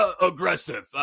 aggressive